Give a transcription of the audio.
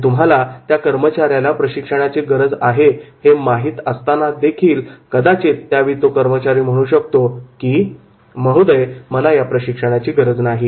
आणि तुम्हाला त्या कर्मचाऱ्याला प्रशिक्षणाची गरज आहे हे माहित असतानादेखील कदाचित त्या वेळी तो कर्मचारी म्हणू शकतो की महोदय मला या प्रशिक्षणाची गरज नाही